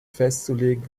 festzulegen